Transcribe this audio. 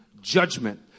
judgment